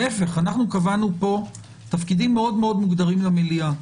להפך קבענו פה תפקידים מאוד-מאוד מוגדרים למליאה,